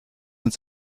ins